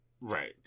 Right